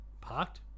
parked